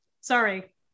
sorry